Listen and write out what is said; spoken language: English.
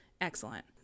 Excellent